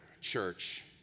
church